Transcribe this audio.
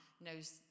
knows